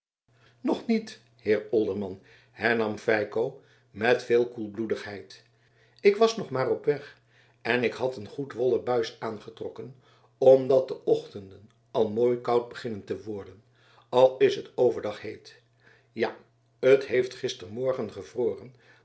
nog niet heer olderman hernam feiko met veel koelbloedigheid ik was nog maar op weg en ik had een goed wollen buis aangetrokken omdat de ochtenden al mooi koud beginnen te worden al is het overdag heet ja het heeft gistermorgen gevroren